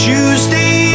Tuesday